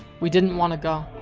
we didn't want to go,